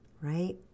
right